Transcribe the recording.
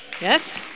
Yes